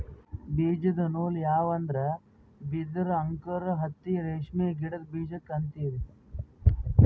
ಬೀಜದ ನೂಲ್ ಯಾವ್ ಅಂದ್ರ ಬಿದಿರ್ ಅಂಕುರ್ ಹತ್ತಿ ರೇಷ್ಮಿ ಗಿಡದ್ ಬೀಜಕ್ಕೆ ಅಂತೀವಿ